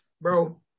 Bro